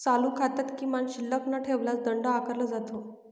चालू खात्यात किमान शिल्लक न ठेवल्यास दंड आकारला जातो